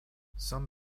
some